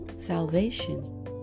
Salvation